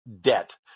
debt